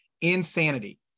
insanity